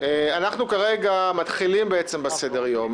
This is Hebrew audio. אנחנו כרגע מתחילים בסדר היום.